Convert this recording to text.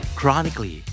chronically